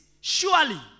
Surely